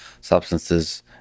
substances